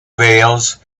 veils